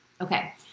Okay